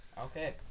Okay